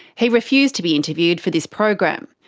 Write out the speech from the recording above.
he refused to be interviewed for this program.